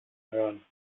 hören